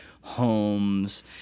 homes